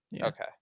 Okay